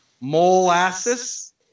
molasses